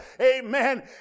Amen